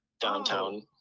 downtown